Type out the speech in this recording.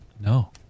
No